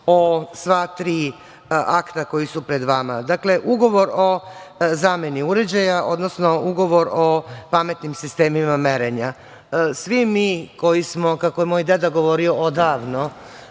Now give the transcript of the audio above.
o sva tri akta, koji su pred vama. Dakle, ugovor o zameni uređaja, odnosno ugovor o pametnim sistemima merenja. Svi mi, koji smo, kako je moj deda govorio, „odavno“,